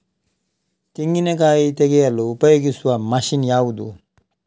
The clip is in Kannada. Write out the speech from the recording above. ತೆಂಗಿನಕಾಯಿ ತೆಗೆಯಲು ಉಪಯೋಗಿಸುವ ಮಷೀನ್ ಯಾವುದು?